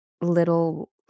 little